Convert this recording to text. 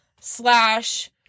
Slash